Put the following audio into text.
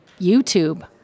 YouTube